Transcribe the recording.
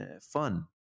fun